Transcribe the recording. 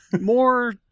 More